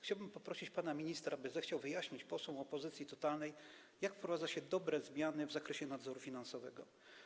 Chciałbym poprosić pana ministra, aby zechciał wyjaśnić posłom opozycji totalnej, jak wprowadza się dobre zmiany w zakresie nadzoru finansowego.